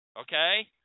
Okay